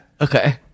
Okay